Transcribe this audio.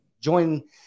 join